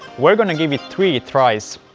we are going to give it three tries.